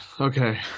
Okay